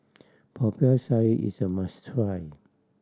Popiah Sayur is a must try